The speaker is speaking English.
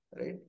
right